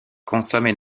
consomment